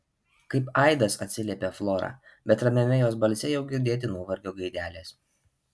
kaip aidas atsiliepia flora bet ramiame jos balse jau girdėti nuovargio gaidelės